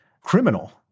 criminal